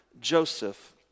Joseph